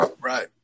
right